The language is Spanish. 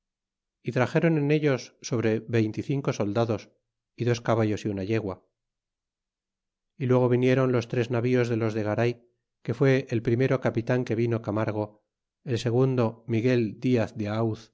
y traxeron en ellos sobre veinte y cinco soldados y dos caballos y una yegua y luego vinieron los tres navíos de los de garay que fué el primero capitan que vino camargo y el segundo miguel diaz de